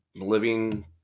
living